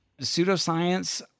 pseudoscience